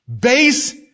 base